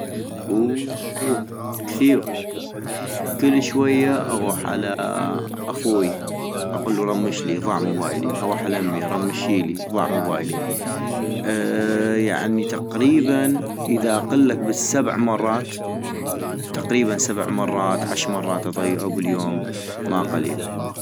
اوووه كثيغ، كل شوية اغوح على اخوي اقلو رمشلي ضاع موبايلي اغوح على امي رمشيلي ضاع موبايلي، يعني تقريبا اذا اقلك بالسبع مرات ، تقريبا سبع مرات عش مرات اضيعو باليوم ماقليل